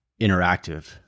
interactive